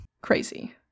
Crazy